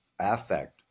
affect